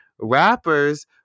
rappers